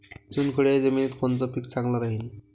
चुनखडीच्या जमिनीत कोनचं पीक चांगलं राहीन?